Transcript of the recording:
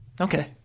Okay